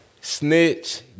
snitch